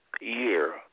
year